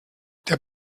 der